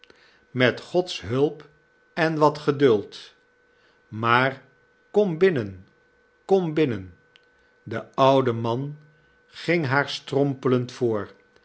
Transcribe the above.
met gods hulp en wat geduld maar kom binnen kom binnen de oude man ging haar strompelend voor